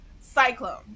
Cyclone